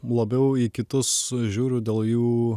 labiau į kitus žiūriu dėl jų